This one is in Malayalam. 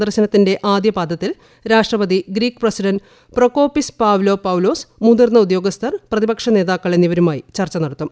സന്ദർശനത്തിന്റെ ആദ്യപാദത്തിൽ രൂഷ്ട്രപതി Greek president Prokopis Pavlopoulos മുതിർന്ന ഉദ്യോഗസ്ഥർ പ്രതിപക്ഷ നേതാക്കൾ എന്നൂവ്രുമാ്യി ചർച്ച നടത്തും